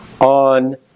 on